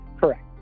Correct